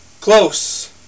Close